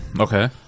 Okay